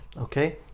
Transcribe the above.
okay